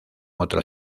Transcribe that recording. otro